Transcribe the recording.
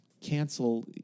Cancel